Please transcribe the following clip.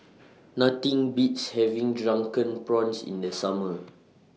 Nothing Beats having Drunken Prawns in The Summer